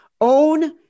own